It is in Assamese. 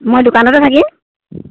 মই দোকানতে থাকিম